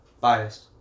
Biased